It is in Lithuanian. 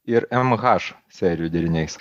ir m h serijų deriniais